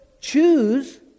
choose